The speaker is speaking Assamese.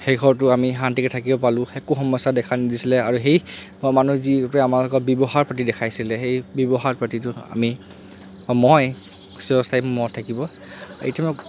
সেই ঘৰতো আমি শান্তিকৈ থাকিব পালোঁ একো সমস্যা দেখা নিদিছিলে আৰু সেই মানুহ আমাৰ আগত যি ব্যৱহাৰ পাতি দেখাইছিলে সেই ব্যৱহাৰ পাতিতো আমি বা মই চিৰস্থায়ী মনত থাকিব এতিয়া মই